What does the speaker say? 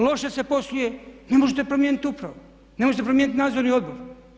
Loše se posluje, ne možete promijeniti upravu, ne možete promijeniti nadzorni odbor.